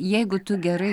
jeigu tu gerai